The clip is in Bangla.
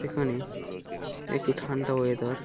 সেখানে একটু ঠান্ডা ওয়েদার